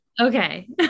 Okay